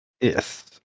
Yes